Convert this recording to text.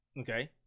okay